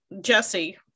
Jesse